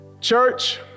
Church